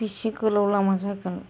बेसे गोलाव लामा जागोन